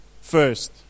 first